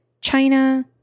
China